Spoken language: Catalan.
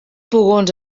pugons